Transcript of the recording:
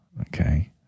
Okay